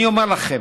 אני אומר לכם,